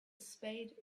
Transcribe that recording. spade